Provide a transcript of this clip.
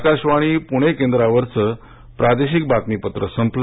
आकाशवाणी पूणे केंद्रावरचे प्रादेशिक बातमीपत्र संपले